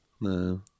No